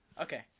Okay